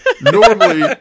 normally